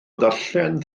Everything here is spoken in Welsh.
ddarllen